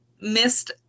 missed